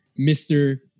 Mr